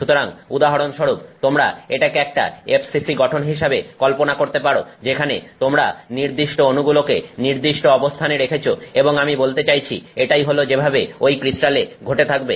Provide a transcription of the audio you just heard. সুতরাং উদাহরণস্বরূপ তোমরা এটাকে একটা fcc গঠন হিসেবে কল্পনা করতে পারো যেখানে তোমরা নির্দিষ্ট অনুগুলিকে নির্দিষ্ট অবস্থানে রেখেছো এবং আমি বলতে চাইছি এটাই হলো যেভাবে ঐ ক্রিস্টাল এ ঘটে থাকবে